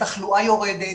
התחלואה יורדת.